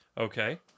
Okay